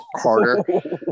harder